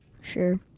Sure